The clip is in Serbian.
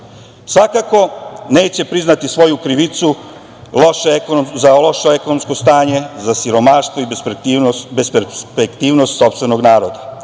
Svakako, neće priznati svoju krivicu za loše ekonomsko stanje, za siromaštvo i besperspektivnost sopstvenog naroda.